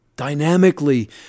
dynamically